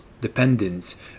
dependence